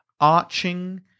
arching